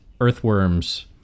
earthworms